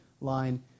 line